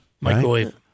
Microwave